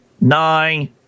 nine